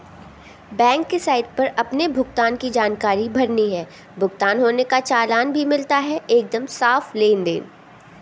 bank की site पर अपने भुगतान की जानकारी भरनी है, भुगतान होने का चालान भी मिलता है एकदम साफ़ लेनदेन